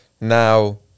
now